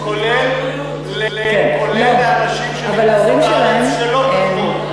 כולל לאנשים שנכנסו לארץ שלא כחוק.